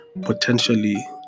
potentially